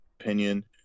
opinion